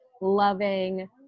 loving